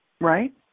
right